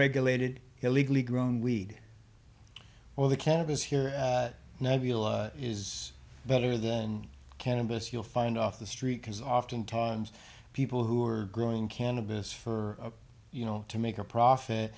unregulated illegally grown weed well the cannabis here is better than cannabis you'll find off the street because oftentimes people who are growing cannabis for you know to make a profit